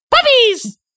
Puppies